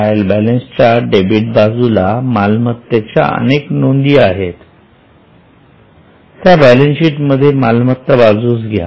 trial बॅलन्सच्या debit बाजूला मालमत्तेच्या अनेक नोंदी आहेत त्या बॅलंसशीट मध्ये मालमत्ता बाजूस घ्या